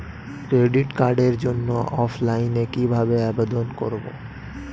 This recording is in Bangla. ক্রেডিট কার্ডের জন্য অফলাইনে কিভাবে আবেদন করব?